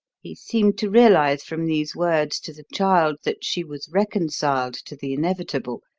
he seemed to realise from these words to the child that she was reconciled to the inevitable,